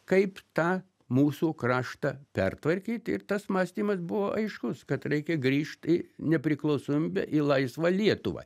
kaip tą mūsų kraštą pertvarkyt ir tas mąstymas buvo aiškus kad reikia grįžt į nepriklausomybę į laisvą lietuvą